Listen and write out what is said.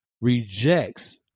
rejects